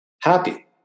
happy